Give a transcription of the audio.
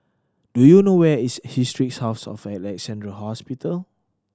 do you know where is Historic House of Alexandra Hospital